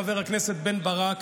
חבר הכנסת בן ברק,